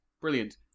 Brilliant